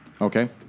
Okay